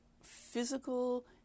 physical